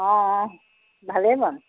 অঁ অঁ ভালেই বাৰু